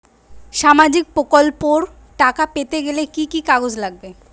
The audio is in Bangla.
সামাজিক প্রকল্পর টাকা পেতে গেলে কি কি কাগজ লাগবে?